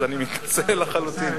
אז אני מתנצל לחלוטין.